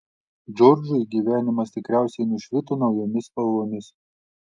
džordžui gyvenimas tikriausiai nušvito naujomis spalvomis